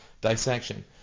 dissection